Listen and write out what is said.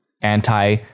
anti